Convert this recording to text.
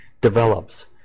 develops